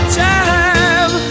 time